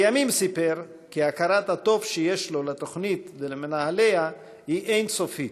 לימים סיפר כי הכרת הטוב שיש לו לתוכנית ולמנהליה היא אין-סופית,